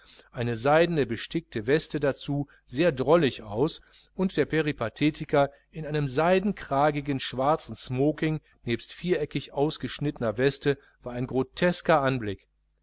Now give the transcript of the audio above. eine seidene bestickte weste dazu sehr drollig aus und der peripathetiker in einem seidenkragigen schwarzen smoking nebst viereckig angeschnittener weste war ein grotesker anblick